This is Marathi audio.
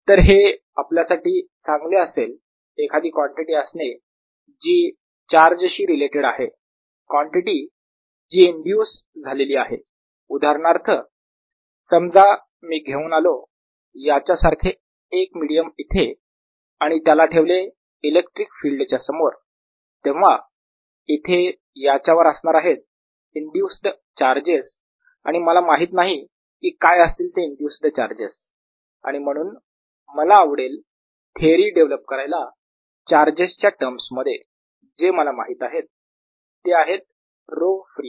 तर हे आपल्या साठी चांगले असेल एखादी कॉन्टिटी असणे जी चार्ज शी रिलेटेड आहे कॉन्टिटी जी इंड्यूस झालेली आहे उदाहरणार्थ समजा मी घेऊन आलो याच्या सारखे एक मिडीयम इथे आणि त्याला ठेवले इलेक्ट्रिक फील्ड च्या समोर तेव्हा इथे याच्यावर असणार आहेत इंड्यूस्ड चार्जेस आणि मला माहित नाही की काय असतील ते इंड्यूस्ड चार्जेस आणि म्हणून मला आवडेल थेअरी डेव्हलप करायला चार्जेस च्या टर्म्स मध्ये जे मला माहित आहेत ते आहेत ρ फ्री